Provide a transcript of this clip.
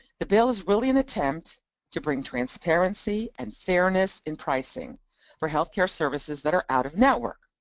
the bill is really an attempt to bring transparency and fairness in pricing for healthcare services that are out of network.